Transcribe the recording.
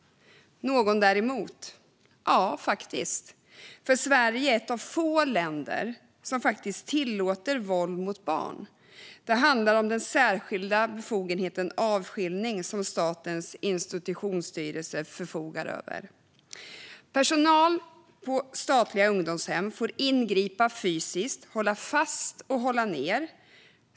Någon som är däremot? Ja, faktiskt. Sverige är ett av få länder som faktiskt tillåter våld mot barn. Det handlar om den särskilda befogenheten avskiljning som Statens institutionsstyrelse förfogar över. Personal på statliga ungdomshem får ingripa fysiskt, hålla fast och hålla ned.